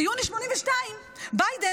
ביוני 1982 ביידן,